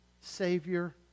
Savior